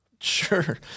Sure